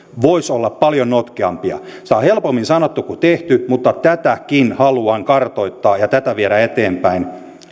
voisivat olla paljon notkeampia se on helpommin sanottu kuin tehty mutta tätäkin haluan kartoittaa ja viedä eteenpäin